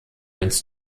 ins